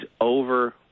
over